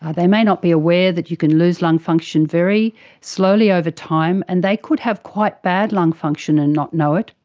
ah they may not be aware that you can lose function very slowly over time and they could have quite bad lung function and not know it,